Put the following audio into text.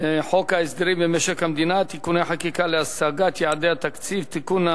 חוק ההסדרים במשק המדינה (תיקוני חקיקה להשגת יעדי התקציב) (תיקון,